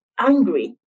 angry